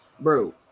bro